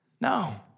No